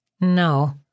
No